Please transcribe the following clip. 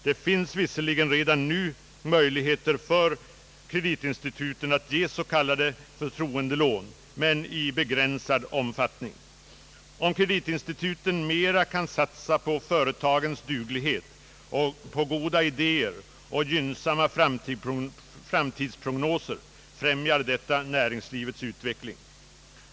Det finns visserligen redan nu möjligheter för kreditinstituten att ge s.k. förtroendelån men i begränsad omfattning. Om kreditinstituten mera kunde satsa på företagens duglighet, på goda idéer och på gynnsamma framtidsprognoser, skulle detta främja näringslivets utveckling.